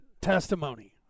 testimony